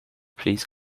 please